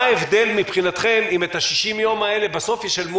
מה ההבדל מבחינתכם אם את ה-60 יום האלה בסוף תשלמו